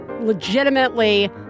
legitimately